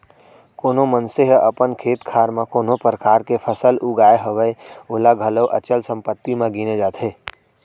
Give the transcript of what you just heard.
कोनो मनसे ह अपन खेत खार म कोनो परकार के फसल उगाय हवय ओला घलौ अचल संपत्ति म गिने जाथे